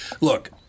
Look